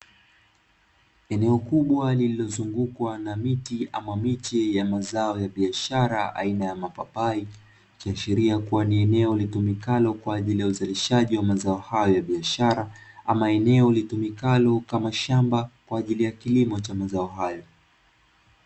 Eneo kubwa lililozungukwa na miti ama miche ya mazao ya biashara aina ya mapapai, ikiashiria kuwa ni eneo litumikalo kwa ajili ya uzalishaji wa mazao hayo ya biashara ama eneo litumikalo kama shamba kwa ajili ya kilimo cha mazao hayo.